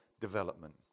development